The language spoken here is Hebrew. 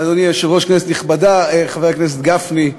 אדוני היושב-ראש, כנסת נכבדה, חבר הכנסת גפני,